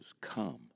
come